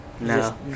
No